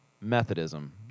Methodism